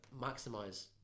maximize